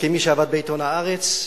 כמי שעבד בעיתון "הארץ",